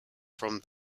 from